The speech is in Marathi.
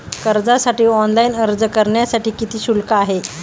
कर्जासाठी ऑनलाइन अर्ज करण्यासाठी किती शुल्क आहे?